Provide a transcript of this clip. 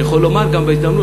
אני יכול לומר גם בהזדמנות,